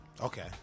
Okay